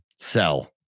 sell